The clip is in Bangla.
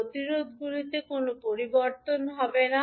প্রতিরোধগুলিতে কোনও পরিবর্তন হবে না